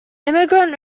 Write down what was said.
emigrant